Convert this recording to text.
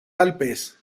alpes